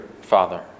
Father